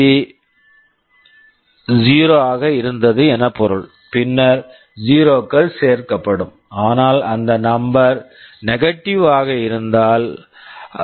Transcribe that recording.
B MSB 0 ஆக இருந்தது என பொருள் பின்னர் 0 க்கள் சேர்க்கப்படும் ஆனால் அந்த நம்பர் number நெகட்டிவ் negative ஆக இருந்தால் எம்